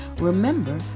Remember